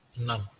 None